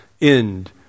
end